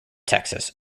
texas